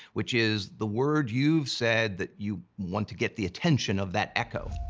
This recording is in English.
which is the word you've said that you want to get the attention of that echo.